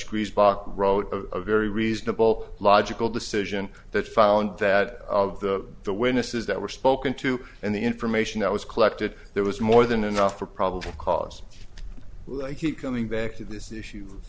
priest bach wrote a very reasonable logical decision that found that all of the the witnesses that were spoken to and the information that was collected there was more than enough for probable cause like keep coming back to this issue